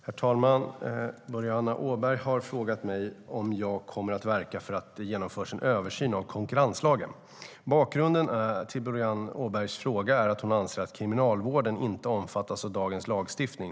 Herr talman! Boriana Åberg har frågat mig om jag kommer att verka för att det genomförs en översyn av konkurrenslagen. Bakgrunden till Boriana Åbergs fråga är att hon anser att Kriminalvården inte omfattas av dagens lagstiftning.